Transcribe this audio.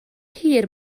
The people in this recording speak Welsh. hir